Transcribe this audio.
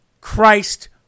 Christ